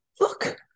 look